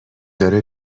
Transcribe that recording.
داره